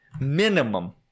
minimum